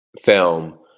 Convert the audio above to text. film